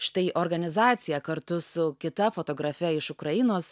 štai organizaciją kartu su kita fotografe iš ukrainos